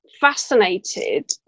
fascinated